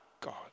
God